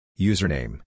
Username